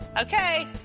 Okay